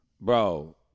bro